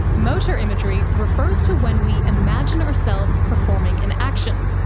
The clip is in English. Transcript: motor imagery refers to when we imagine ourselves performing an action,